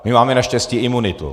My máme naštěstí imunitu.